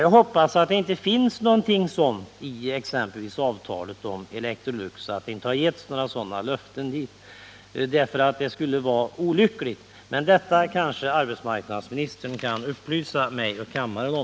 Jag hoppas att det inte har getts några sådana löften i avtalet med Electrolux, för det skulle vara olyckligt. Men detta kanske arbetsmarknadsministern kan upplysa mig och kammaren om.